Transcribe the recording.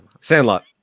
sandlot